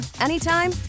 anytime